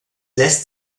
lässt